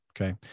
okay